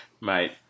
Mate